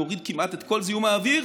נוריד כמעט את כל זיהום האוויר,